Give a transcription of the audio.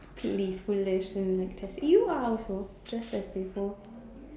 playful lesson like this you are also just as playful